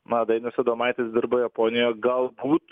na dainius adomaitis dirba japonijo galbūt